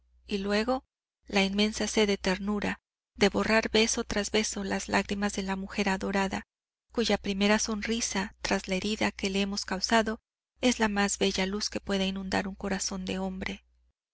y luego la inmensa sed de ternura de borrar beso tras beso las lágrimas de la mujer adorada cuya primera sonrisa tras la herida que le hemos causado es la más bella luz que pueda inundar un corazón de hombre